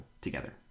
together